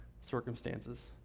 circumstances